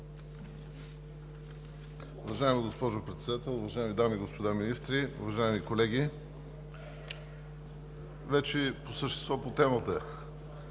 Вече по същество на темата.